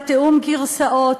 לתיאום גרסאות,